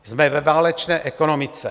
Jsme ve válečné ekonomice.